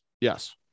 Yes